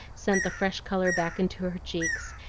sent the fresh color back into her cheeks,